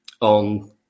on